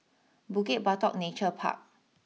Bukit Batok Nature Park